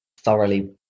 thoroughly